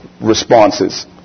responses